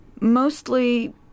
mostly